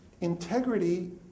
integrity